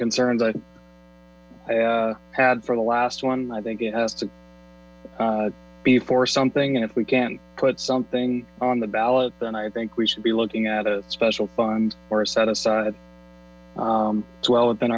concerns i had for the last one i think it has to be for something and if we can put something on the ballot then i think we should be looking at a special fund set aside as well within